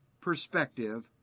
perspective